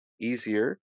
easier